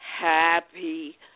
Happy